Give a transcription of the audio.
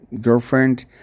girlfriend